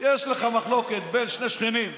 לך מחלוקת בין שני שכנים,